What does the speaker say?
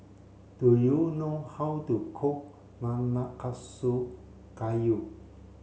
do you know how to cook Nanakusa Gayu